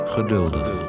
Geduldig